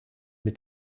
mit